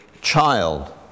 child